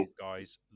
guys